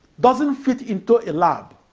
doesn't fit into a lab,